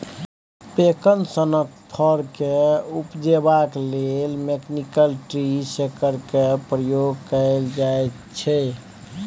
पैकन सनक फर केँ उपजेबाक लेल मैकनिकल ट्री शेकर केर प्रयोग कएल जाइत छै